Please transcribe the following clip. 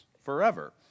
forever